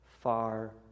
far